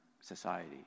society